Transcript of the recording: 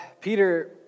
Peter